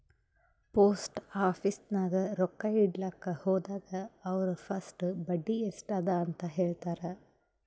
post office ನಾಗ್ ರೊಕ್ಕಾ ಇಡ್ಲಕ್ ಹೋದಾಗ ಅವ್ರ ಫಸ್ಟ್ ಬಡ್ಡಿ ಎಸ್ಟ್ ಅದ ಅಂತ ಹೇಳ್ತಾರ್